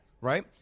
right